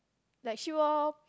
like she will